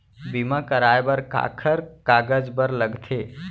बीमा कराय बर काखर कागज बर लगथे?